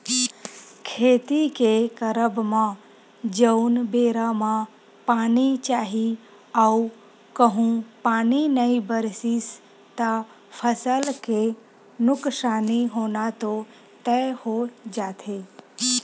खेती के करब म जउन बेरा म पानी चाही अऊ कहूँ पानी नई बरसिस त फसल के नुकसानी होना तो तय हो जाथे